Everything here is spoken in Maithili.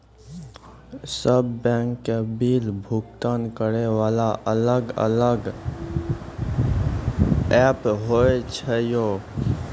सब बैंक के बिल भुगतान करे वाला अलग अलग ऐप्स होय छै यो?